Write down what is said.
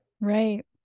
Right